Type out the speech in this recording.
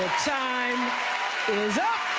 time is